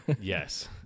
Yes